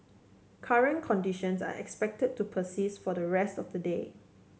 current conditions are expected to persist for the rest of the day